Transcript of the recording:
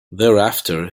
thereafter